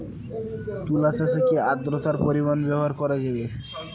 তুলা চাষে কি আদ্রর্তার পরিমাণ ব্যবহার করা যাবে?